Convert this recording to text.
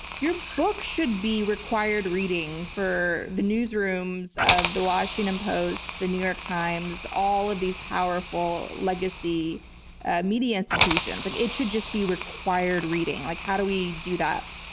your book should be required reading for the newsrooms of the washington post, the new york times, all of these powerful legacy media institutions. like it should just be required reading. like how do we do that?